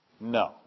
No